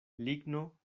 ligno